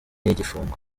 y’igifungo